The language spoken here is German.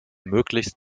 möglichst